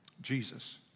Jesus